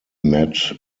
met